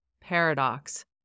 paradox